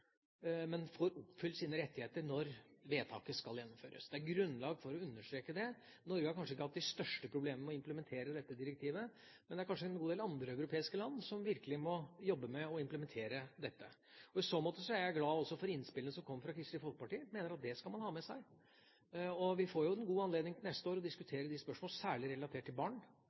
men som av den grunn ikke er kriminelle, skal få oppfylt sine rettigheter når vedtaket skal gjennomføres. Det er grunnlag for å understreke det. Norge har kanskje ikke hatt de største problemene med å implementere dette direktivet, men det er kanskje en god del andre europeiske land som virkelig må jobbe med å implementere dette. I så måte er jeg også glad for innspillene som kom fra Kristelig Folkeparti. Jeg mener at det skal man ha med seg. Vi får en god anledning til neste år å diskutere de spørsmålene, særlig relatert til barn,